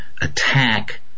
attack